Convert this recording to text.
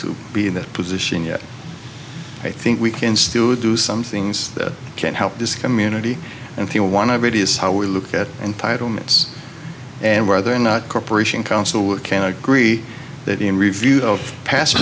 to be that position yet i think we can still do some things that can help this community and people want to reduce how we look at entitlements and whether or not corporation council can agree that in review of pas